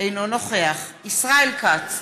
אינו נוכח ישראל כץ,